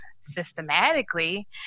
systematically